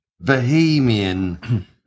Bohemian